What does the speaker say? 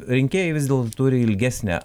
rinkėjai vis dėlto turi ilgesnę